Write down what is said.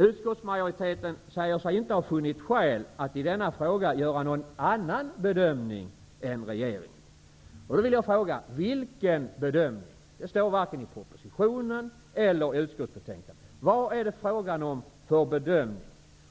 Utskottsmajoriteten säger sig inte ha funnit skäl att i denna fråga göra någon annan bedömning än regeringen. Jag undrar vilken bedömning det är fråga om. Det framgår varken av propositionen eller utskottsbetänkandet.